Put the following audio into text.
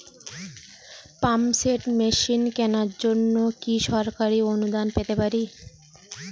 Pump set machine কেনার জন্য কি সরকারি অনুদান পেতে পারি?